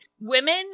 women